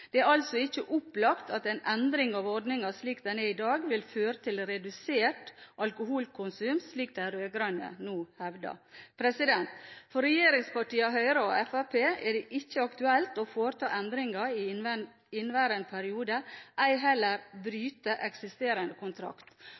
Det er altså ikke opplagt at en endring av ordningen slik den er i dag, vil føre til redusert alkoholkonsum, slik de rød-grønne nå hevder. For regjeringspartiene Høyre og Fremskrittspartiet er det ikke aktuelt å foreta endringer i inneværende periode, ei heller å bryte eksisterende kontrakt.